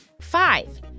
Five